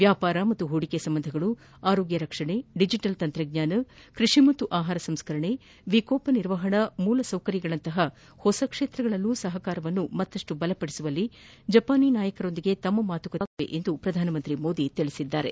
ವ್ಯಾಪಾರ ಮತ್ತು ಹೂಡಿಕೆ ಸಂಬಂಧಗಳು ಆರೋಗ್ಯ ರಕ್ಷಣೆ ಡಿಜಿಟಲ್ ತಂತ್ರಜ್ಞಾನ ಕೃಷಿ ಮತ್ತು ಆಹಾರ ಸಂಸ್ಕರಣೆ ವಿಕೋಪ ನಿರ್ವಹಣಾ ಮೂಲ ಸೌಕರ್ಯಗಳಂತಹ ಹೊಸ ಕ್ಷೇತ್ರಗಳಲ್ಲಿ ಸಹಕಾರವನ್ನು ಮತ್ತಷ್ಟು ಬಲಗೊಳಿಸುವಲ್ಲಿ ಜಪಾನೀ ನಾಯಕರೊಂದಿಗೆ ತಮ್ನ ಮಾತುಕತೆಗಳು ನೆರವಾಗಲಿವೆ ಎಂದು ಪ್ರಧಾನಮಂತ್ರಿ ಹೇಳಿದ್ದಾರೆ